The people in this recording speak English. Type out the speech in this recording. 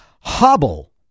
hobble